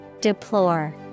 Deplore